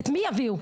את מי יביאו?